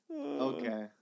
Okay